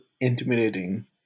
intimidating